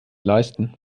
leisten